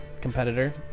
competitor